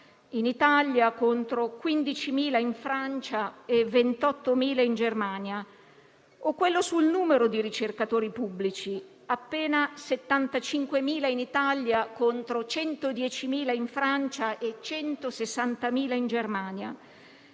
in Italia contro i 15.000 in Francia e i 28.000 in Germania), o quello sul numero di ricercatori pubblici (appena 75.000 in Italia contro 110.000 in Francia e 160.000 in Germania).